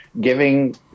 giving